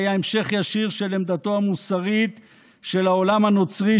היה המשך ישיר של עמדתו המוסרית של העולם הנוצרי,